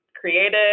created